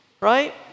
Right